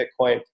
Bitcoin